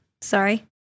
sorry